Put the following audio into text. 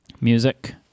Music